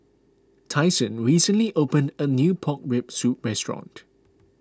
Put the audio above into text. Tyson recently opened a new Pork Rib Soup restaurant